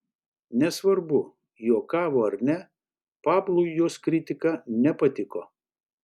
nesvarbu juokavo ar ne pablui jos kritika nepatiko